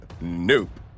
nope